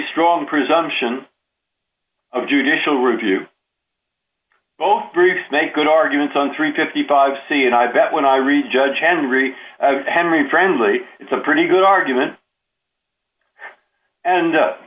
strong presumption of judicial review both briefs make good arguments on three hundred and fifty five c and i bet when i read judge henry henry friendly it's a pretty good argument and